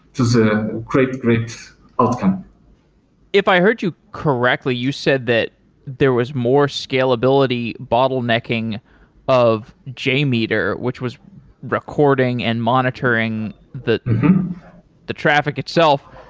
it was a great, great outcome if i heard you correctly, you said that there was more scalability bottlenecking of jmeter, which was recording and monitoring the the traffic itself.